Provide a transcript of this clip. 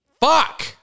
Fuck